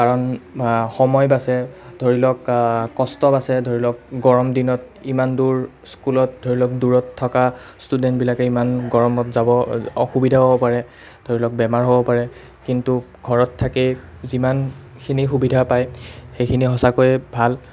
কাৰণ সময় বাচে ধৰি লওক কষ্ট বাচে ধৰি লওক গৰম দিনত ইমান দূৰ স্কুলত ধৰি লওক দূৰত থকা ষ্টুডেণ্টবিলাকে ইমান গৰমত যাব অসুবিধা পাব পাৰে ধৰি লওক বেমাৰ হ'ব পাৰে কিন্তু ঘৰত থাকি যিমানখিনি সুবিধা পায় সেইখিনি সঁচাকৈয়ে ভাল